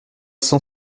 cent